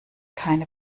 keine